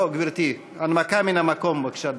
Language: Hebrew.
לא, גברתי, הנמקה מן המקום בבקשה.